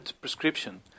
prescription